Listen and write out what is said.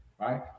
right